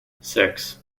six